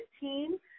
team